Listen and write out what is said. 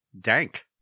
Dank